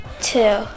Two